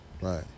Right